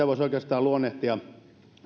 voisi oikeastaan luonnehtia